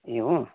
ए हो